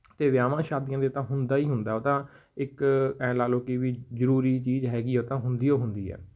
ਅਤੇ ਵਿਆਹਾਂ ਸ਼ਾਦੀਆਂ 'ਤੇ ਤਾਂ ਹੁੰਦਾ ਹੀ ਹੁੰਦਾ ਉਹ ਤਾਂ ਇੱਕ ਐਂ ਲਾ ਲਉ ਕਿ ਵੀ ਜ਼ਰੂਰੀ ਚੀਜ਼ ਹੈਗੀ ਆ ਉਹ ਤਾਂ ਹੁੰਦੀ ਓ ਹੁੰਦੀ ਹੈ